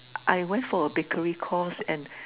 I went for a bakery course and